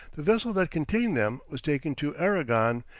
the vessel that contained them was taken to aragon,